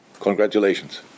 Congratulations